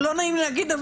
לא נעים להגיד,